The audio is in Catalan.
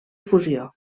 fusió